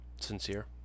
sincere